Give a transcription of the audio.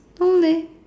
no leh